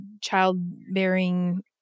childbearing